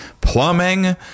plumbing